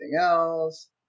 else